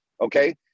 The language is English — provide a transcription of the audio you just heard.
Okay